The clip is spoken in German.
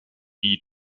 die